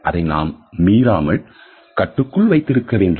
அதனை நாம் மீறாமல் கட்டுக்குள் வைத்திருக்க வேண்டும்